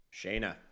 Shayna